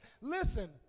Listen